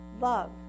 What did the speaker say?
Love